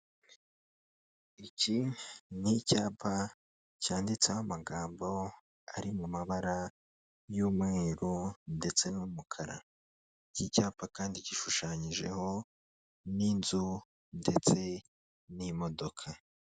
Iki ni icyapa cyanditseho amagambo ari mu mabara y'umweru ndetse n'umukara, iki icyapa kandi gishushanyijeho n'inzu ndetse n'imodoka.